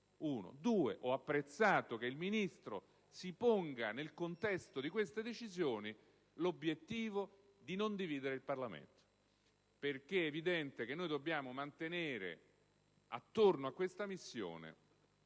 ho apprezzato che il ministro La Russa si ponga, nel contesto di queste decisioni, l'obiettivo di non dividere il Parlamento. È evidente, infatti, che dobbiamo mantenere attorno a questa missione